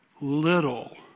Little